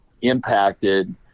impacted